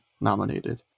nominated